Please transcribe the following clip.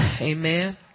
Amen